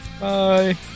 Bye